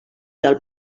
del